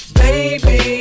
baby